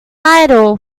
idol